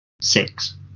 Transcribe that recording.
six